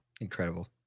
Incredible